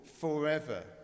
forever